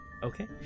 Okay